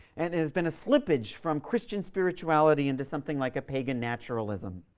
and there has been a slippage from christian spirituality into something like a pagan naturalism,